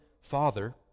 father